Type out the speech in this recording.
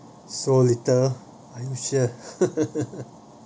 so little are you sure